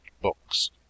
books